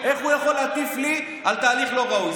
איך הוא יכול להטיף לי על תהליך לא ראוי?